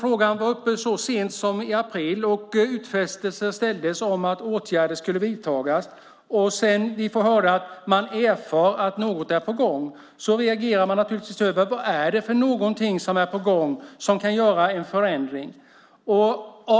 Frågan var uppe så sent som i april, och utfästelser gjordes om att åtgärder skulle vidtas. Vi får höra att man erfar att något är på gång. Vad är det för någonting som är på gång som kan ge en förändring?